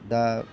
दा